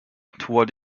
toward